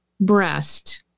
breast